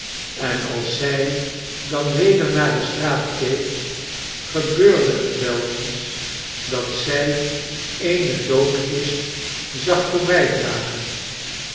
en als zij dan weder naar de straat keek gebeurde het wel eens dat zij eene doodkist zag